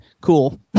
cool